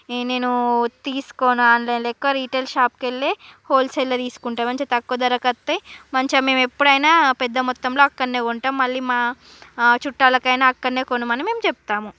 నేను తీసుకోను ఆన్లైన్లో ఎక్కువ రిటైల్ షాపుకెళ్ళి హోల్సేలో తీసుకుంటా మంచి తక్కువ ధరకొత్తాయ్ మంచిగా మేము ఎప్పుడైనా పెద్దమొత్తంలో అక్కడ్నే కొంటాం మళ్ళి మా చుట్టాలకైనా అక్కడనే కొనమని మేము చెప్తాము